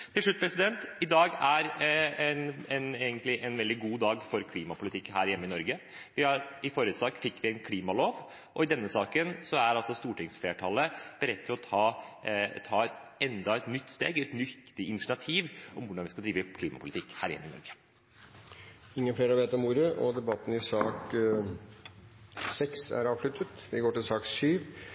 Til slutt: I dag er egentlig en veldig god dag for klimapolitikken her hjemme i Norge. I forrige sak fikk vi en klimalov, og i denne saken er altså stortingsflertallet beredt til å ta enda et nytt steg, et nytt initiativ om hvordan vi skal drive klimapolitikk her hjemme i Norge. Flere har ikke bedt om ordet til sak nr. 6. Etter ønske fra energi- og miljøkomiteen vil presidenten foreslå at taletiden blir begrenset til